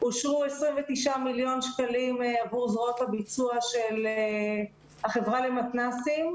אושרו 29 מיליון שקלים עבור זרועות הביצוע של החברה למתנ"סים.